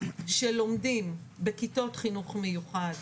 שלומדים בכיתות חינוך מיוחד,